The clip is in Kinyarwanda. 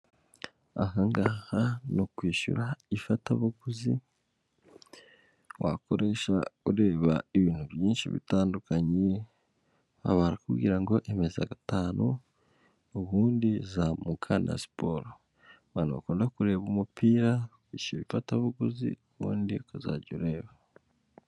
Aha ngaha ni ukwishyura ifatabuguzi, wakoresha ureba ibintu byinshi bitandukanye, aba barakubwira ngo emeza gatanu, ubundi zamuka na siporo. Abantu bakunda kureba umupira, wishyura ifatabuguzi ubundi ukazajya ureba.